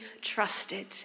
trusted